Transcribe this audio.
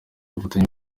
bufatanye